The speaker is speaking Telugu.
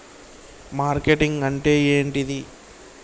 మార్కెటింగ్ అంటే ఏంటిది?